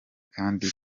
kandi